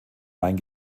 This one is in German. main